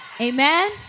Amen